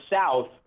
South